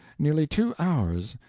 nearly two hours,